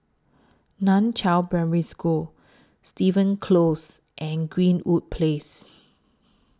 NAN Chiau Primary School Stevens Close and Greenwood Place